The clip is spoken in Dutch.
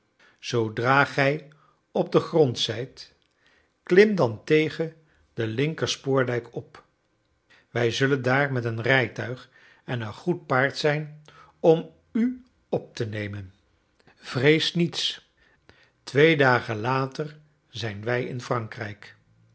zoodra gij op den grond zijt klim dan tegen den linkerspoordijk op wij zullen daar met een rijtuig en een goed paard zijn om u op te nemen vrees niets twee dagen later zijn wij in frankrijk